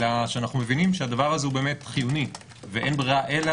אנו מבינים שזה חיוני ואין ברירה אלא